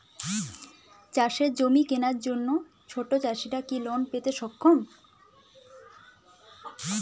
চাষের জমি কেনার জন্য ছোট চাষীরা কি লোন পেতে সক্ষম?